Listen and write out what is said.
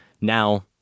now